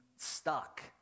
stuck